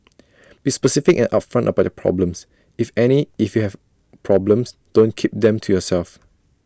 be specific and upfront about your problems if any if you have problems don't keep them to yourself